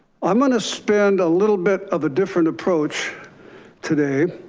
i'm going to spend a little bit of a different approach today.